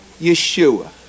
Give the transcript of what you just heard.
Yeshua